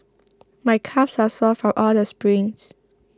my calves are sore from all the sprints